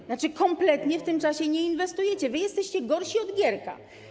To znaczy, że kompletnie w tym czasie nie inwestujecie, wy jesteście gorsi od Gierka.